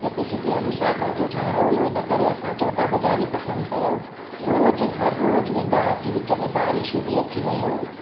capacity अनुसार ॾाजो ठाहिणो हुओ हिन करे असां चौटा बाज़ारि ई पसंद कयो रोज़ु हर रोज़ु वेंदा हुआसीं विच में बारिशूं बि अची वियूं